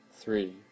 three